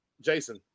Jason